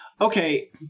okay